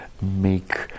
make